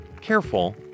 careful